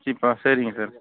சீப்பா சரிங்க சார்